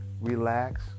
relax